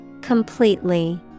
Completely